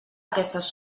aquestes